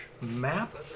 map